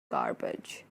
garbage